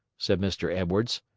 said mr. edwards.